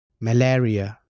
malaria